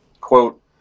Quote